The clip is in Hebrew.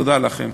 תודה לכם.